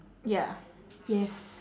ya yes